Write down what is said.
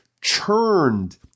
churned